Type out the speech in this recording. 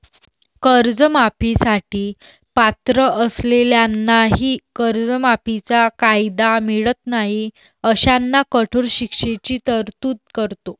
कर्जमाफी साठी पात्र असलेल्यांनाही कर्जमाफीचा कायदा मिळत नाही अशांना कठोर शिक्षेची तरतूद करतो